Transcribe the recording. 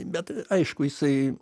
bet aišku jisai